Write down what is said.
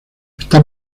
está